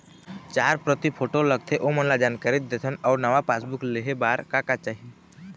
चार प्रति फोटो लगथे ओमन ला जानकारी देथन अऊ नावा पासबुक लेहे बार का का चाही?